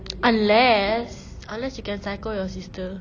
unless unless you can psycho your sister